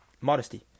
modesty